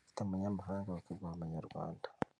ufite amanyamahanga bakaguha amanyarwanda.